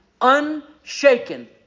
unshaken